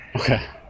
okay